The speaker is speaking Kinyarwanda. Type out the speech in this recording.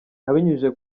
abinyujije